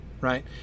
right